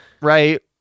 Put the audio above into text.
right